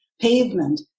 pavement